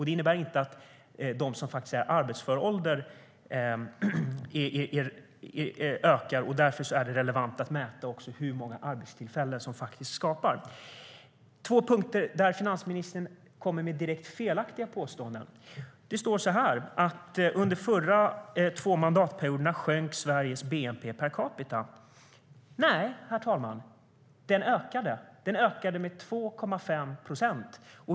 Det innebär inte att de som är i arbetsför ålder ökar, och därför är det relevant att mäta även hur många arbetstillfällen som skapas. När det gäller de två punkterna där finansministern kommer med direkt felaktiga påståenden säger hon i svaret att under de förra två mandatperioderna sjönk Sveriges bnp per capita. Nej, herr talman! Den ökade. Den ökade med 2,5 procent.